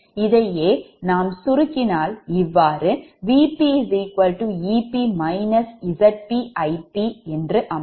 Va Vb Vc Ea Eb Ec ZsZn Zn Zn Zn ZsZn Zn Zn Zn ZsZn Ia Ib Ic இதை மேலும் சுருக்கி சொன்னால் இவ்வாறு VpEp ZpIp அமையும்